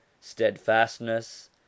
steadfastness